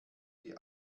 die